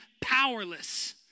powerless